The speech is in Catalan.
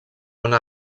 una